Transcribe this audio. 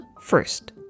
first